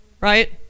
right